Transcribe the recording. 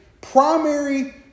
primary